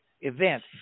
event